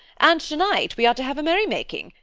and tonight we are to have a merrymaking,